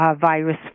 virus